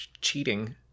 Cheating